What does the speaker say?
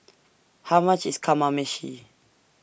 How much IS Kamameshi